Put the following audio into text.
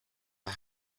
the